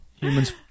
Humans